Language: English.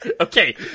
Okay